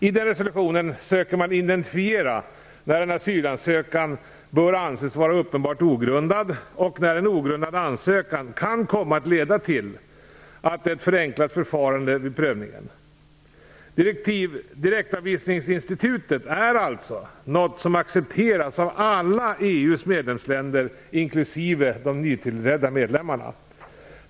I den resolutionen söker man identifiera när en asylansökan bör anses vara uppenbart ogrundad och när en ogrundad ansökan kan komma att leda till ett Direktavvisningsinstitutet är alltså något som accepteras av alla EU:s medlemsländer, inklusive de nytillträdda medlemmarna.